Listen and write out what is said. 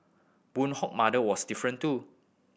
Boon Hock mother was different too